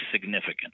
significant